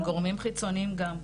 עם גורמים חיצוניים גם.